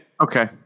Okay